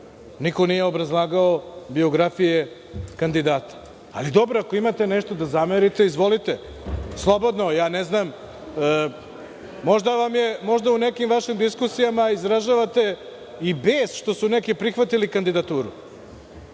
niko nije obrazlagao biografije kandidata. Ali, dobro ako imate nešto da zamerite izvolite. Slobodno, ne znam, možda u nekim vašim diskusijama izražavate i bes, što su neki prihvatili kandidaturu.